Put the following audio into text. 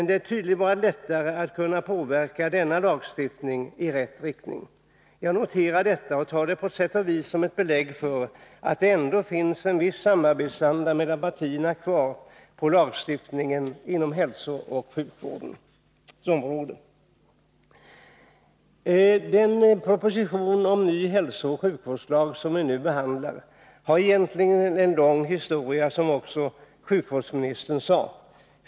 Det har tydligen varit lättare att kunna påverka denna lagstiftning i rätt riktning. Jag noterar detta och tar det på sätt och vis som ett belägg för att det ändå finns en viss samarbetsanda mellan partierna kvar när det gäller lagstiftningen inom hälsooch sjukvårdens område. Den propositionen om en ny hälsooch sjukvårdslag som vi nu behandlar har egentligen en lång historia bakom sig, som också sjukvårdsministern sade.